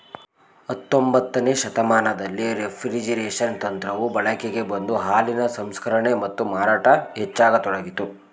ಹತೊಂಬತ್ತನೇ ಶತಮಾನದಲ್ಲಿ ರೆಫ್ರಿಜರೇಷನ್ ತಂತ್ರವು ಬಳಕೆಗೆ ಬಂದು ಹಾಲಿನ ಸಂಸ್ಕರಣೆ ಮತ್ತು ಮಾರಾಟ ಹೆಚ್ಚಾಗತೊಡಗಿತು